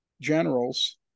generals